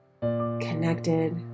connected